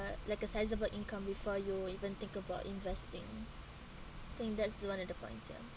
uh like a sizable income before you even think about investing think that's the one of the points ya